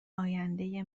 آینده